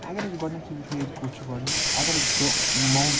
اَگر أسۍ گۄڈٕنیٚتھٕے وُچھُو ییٚتہِ کُس چھُ گۄڈٕنیٛک اَگر أسۍ وُچھُو ماوُنٛٹ